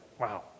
wow